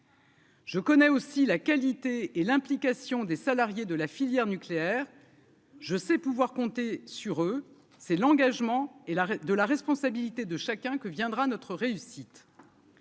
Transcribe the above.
Je connais aussi la qualité et l'implication des salariés de la filière nucléaire je sais pouvoir compter sur eux, c'est l'engagement et l'arrêt de la responsabilité de chacun que viendra notre réussite.